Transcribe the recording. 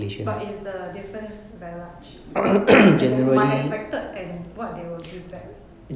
but is the difference very large as in my expected and what they will give back